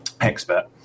expert